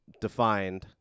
defined